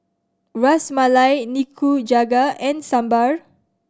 Ras Malai Nikujaga and Sambar